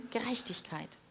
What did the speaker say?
Gerechtigkeit